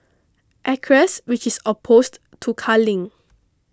acres which is opposed to culling